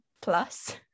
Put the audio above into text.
plus